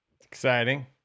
Exciting